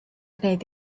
gwneud